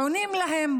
עונים להם,